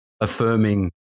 affirming